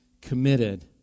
committed